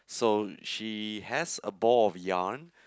so she has a ball of yarn